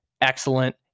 excellent